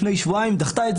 לפני שבועיים היא דחתה את זה.